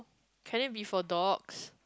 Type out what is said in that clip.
can it be for dogs